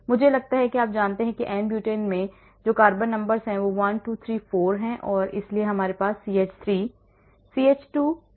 मुझे लगता है कि आप जानते हैं n ब्यूटेन में 4 कार्बन्स 1234 हैं और इसलिए हमारे पास CH3 CH2 CH2 CH3 है